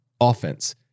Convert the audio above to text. offense